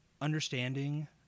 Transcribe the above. understanding